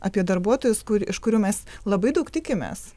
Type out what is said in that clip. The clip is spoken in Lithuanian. apie darbuotojus kur iš kurių mes labai daug tikimės